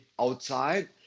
outside